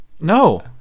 No